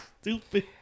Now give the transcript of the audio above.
stupid